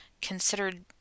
considered